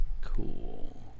Cool